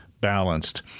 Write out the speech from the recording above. balanced